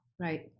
right